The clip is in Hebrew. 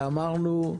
ואמרנו,